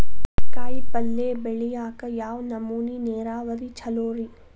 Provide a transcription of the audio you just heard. ಕಾಯಿಪಲ್ಯ ಬೆಳಿಯಾಕ ಯಾವ್ ನಮೂನಿ ನೇರಾವರಿ ಛಲೋ ರಿ?